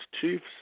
Chiefs